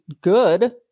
good